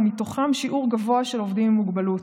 ומתוכם שיעור גבוה של עובדים עם מוגבלות.